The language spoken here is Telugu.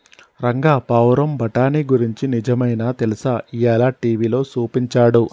రంగా పావురం బఠానీ గురించి నిజమైనా తెలుసా, ఇయ్యాల టీవీలో సూపించాడు